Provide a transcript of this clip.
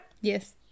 Yes